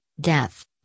death